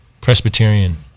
Presbyterian